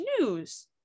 news